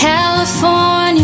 California